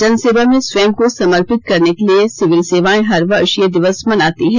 जनसेवा में स्वयं को समर्पित करने के लिए सिविल सेवाएं हर वर्ष यह दिवस मनाती है